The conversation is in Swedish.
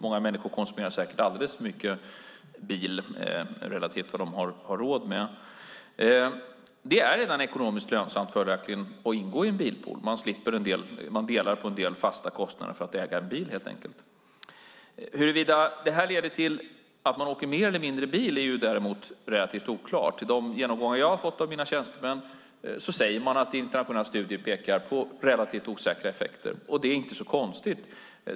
Många människor konsumerar säkert alldeles för mycket bil relativt vad de har råd med. Det är följaktligen redan ekonomiskt lönsamt att ingå i en bilpool. Man delar på en del fasta kostnader för att äga en bil. Huruvida detta leder till att man åker mer eller mindre bil är däremot relativt oklart. I de genomgångar jag har fått av mina tjänstemän säger de att internationella studier pekar på relativt osäkra effekter, och det är inte så konstigt.